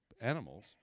animals